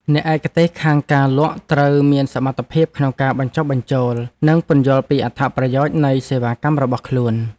អ្នកឯកទេសខាងការលក់ត្រូវមានសមត្ថភាពក្នុងការបញ្ចុះបញ្ចូល និងពន្យល់ពីអត្ថប្រយោជន៍នៃសេវាកម្មរបស់ខ្លួន។